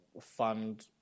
fund